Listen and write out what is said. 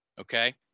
okay